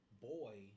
boy